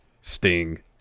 Sting